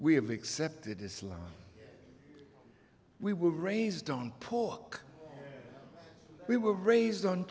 we have accepted islam we were raised on pull we were raised on